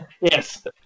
Yes